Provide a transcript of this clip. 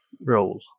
role